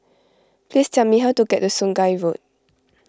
please tell me how to get to Sungei Road